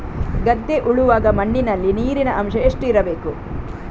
ಗದ್ದೆ ಉಳುವಾಗ ಮಣ್ಣಿನಲ್ಲಿ ನೀರಿನ ಅಂಶ ಎಷ್ಟು ಇರಬೇಕು?